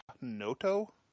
Noto